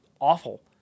awful